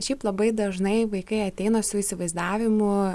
šiaip labai dažnai vaikai ateina su įsivaizdavimu